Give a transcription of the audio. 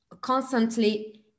constantly